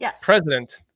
president